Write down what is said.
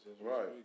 Right